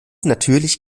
natürlich